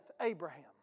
Abraham